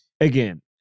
again